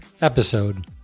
episode